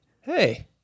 hey